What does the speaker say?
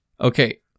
Okay